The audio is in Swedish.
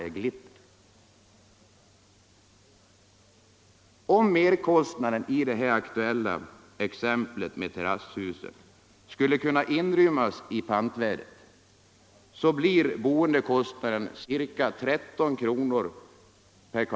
— Riktlinjer för Om merkostnaden i det aktuella exemplet med terrasshusen kan in = bostadspolitiken rymmas i pantvärdet, blir boendekostnaden ca 13 kronor per m?